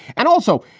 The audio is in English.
and also,